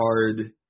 hard